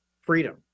freedom